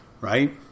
Right